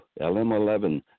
LM11